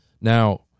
Now